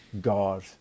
god